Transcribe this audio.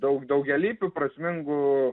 daug daugialypių prasmingų